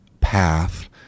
path